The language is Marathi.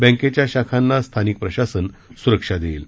बँकेच्या शाखांना स्थानिक प्रशासन सुरक्षा देईल